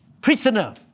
prisoner